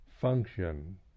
function